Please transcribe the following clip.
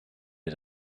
der